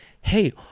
hey